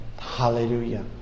Hallelujah